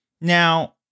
Now